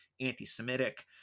anti-semitic